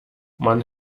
man